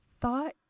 thought